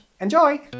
Enjoy